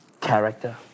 character